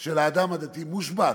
של האדם הדתי מושבת,